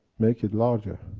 make it larger,